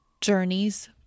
journeys